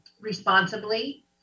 responsibly